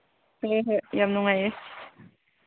ꯐꯔꯦ ꯐꯔꯦ ꯌꯥꯝ ꯅꯨꯡꯉꯥꯏꯌꯦ